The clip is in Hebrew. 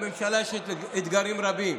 לממשלה יש אתגרים רבים,